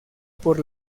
por